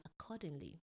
accordingly